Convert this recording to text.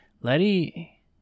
Letty